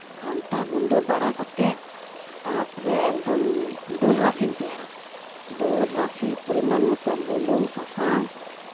ᱜᱷᱟᱱᱴᱟ ᱜᱩᱰᱟᱹ ᱵᱟᱲᱟ ᱠᱟᱛᱮ ᱛᱟᱨᱯᱚᱨᱮ ᱮᱠᱫᱚᱢ ᱫᱟᱹᱞ ᱨᱟᱥᱮᱧ ᱛᱮᱭᱟᱨᱟ ᱫᱟᱹᱞ ᱨᱟᱥᱮ ᱯᱚᱨᱤᱢᱟᱱ ᱢᱚᱛᱳ ᱵᱩᱞᱩᱝ ᱥᱟᱥᱟᱝ